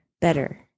Better